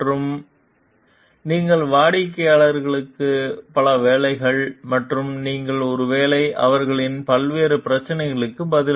மற்றும் மே நீங்கள் வாடிக்கையாளர்கள் பல வேலை மற்றும் நீங்கள் ஒருவேளை அவர்களின் பல்வேறு பிரச்சினைகள் பதில்